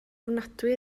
ofnadwy